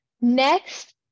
next